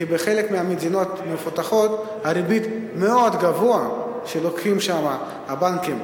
כי בחלק מהמדינות המפותחות הריבית שלוקחים שם הבנקים